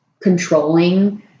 controlling